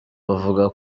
bavuga